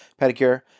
pedicure